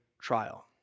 trial